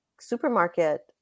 supermarket